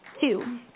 Two